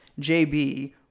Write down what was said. JB